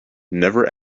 never